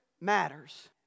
matters